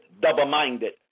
double-minded